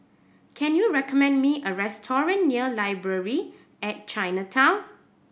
can you recommend me a restaurant near Library at Chinatown